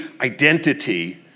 identity